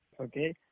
Okay